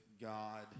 God